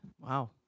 wow